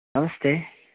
नमस्ते